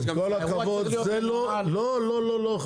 לא, לא.